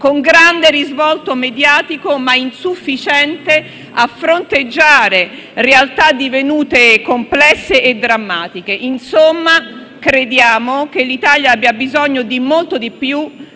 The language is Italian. un grande risvolto mediatico, ma insufficiente a fronteggiare realtà diventate complesse e drammatiche. Insomma, crediamo che l'Italia abbia bisogno di molto di più